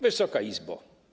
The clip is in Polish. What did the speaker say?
Wysoka Izbo!